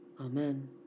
Amen